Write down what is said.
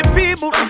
people